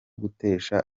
gutesha